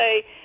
say